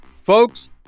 folks